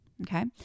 Okay